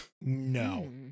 No